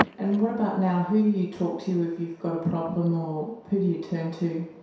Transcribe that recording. and what about now? who do you talk to if you've got a problem, or who do you turn to?